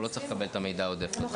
והוא לא צריך לקבל את המידע העודף הזה.